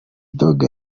dogg